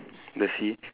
the sea